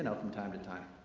and from time to time.